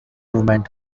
movement